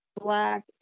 black